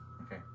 Okay